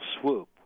swoop